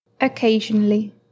Occasionally